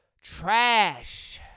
Trash